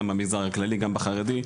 גם במגזר הכללי וגם במגזר החרדי,